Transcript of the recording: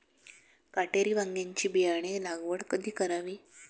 काटेरी वांग्याची बियाणे लागवड कधी करावी?